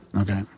Okay